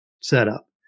setup